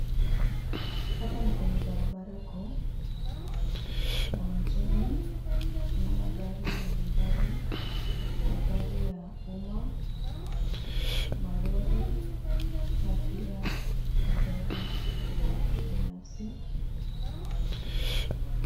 Hapa ni kwenye barabara kuu ya mjini. Kuna magari mbalimbali, magari ya umma, malori na pia magari ya watu binafsi.